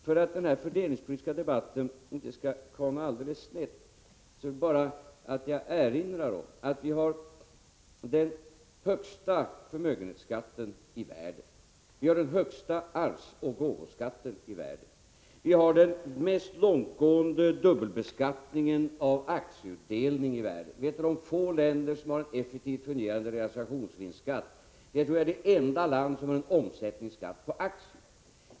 För att denna fördelningspolitiska debatt inte skall komma alldeles snett vill jag bara erinra om att vi i Sverige har den högsta förmögenhetsskatten i världen, den högsta arvsoch gåvoskatten i världen och den mest långtgående dubbelbeskattningen av aktieutdelning i världen. Vi är ett av de få länder som har en effektivt fungerande realisationsvinstskatt, och vi är troligen det enda land som har en omsättningsskatt på aktier.